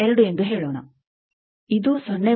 2 ಎಂದು ಹೇಳೋಣ ಇದು 0